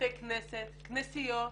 בתי כנסת, כנסיות.